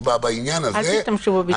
בעניין הזה -- אל תשתמשו במילה "אונס".